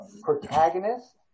protagonist